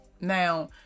Now